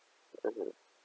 okay